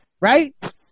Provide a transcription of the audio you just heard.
right